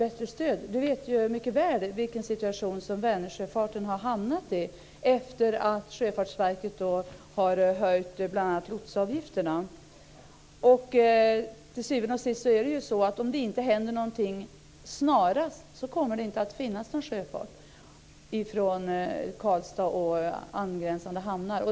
Sture Arnesson vet mycket väl vilken situation som Vänersjöfarten har hamnat i efter det att Om det inte händer någonting snarast kommer det till syvende och sist inte att finnas någon sjöfart från Karlstad och angränsande hamnar.